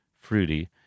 fruity